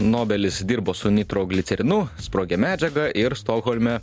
nobelis dirbo su nitroglicerinu sprogi medžiaga ir stokholme